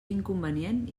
inconvenient